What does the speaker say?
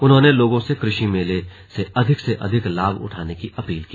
उन्होंने लोगों से कृषि मेले से अधिक से अधिक लाभ उठाने की अपील की